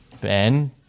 Ben